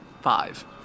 Five